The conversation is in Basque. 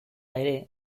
ere